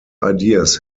ideas